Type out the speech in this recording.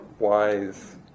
wise